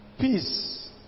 peace